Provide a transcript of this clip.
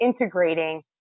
integrating